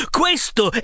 questo